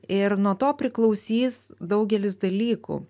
ir nuo to priklausys daugelis dalykų